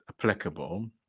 applicable